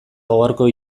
gaurko